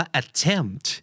attempt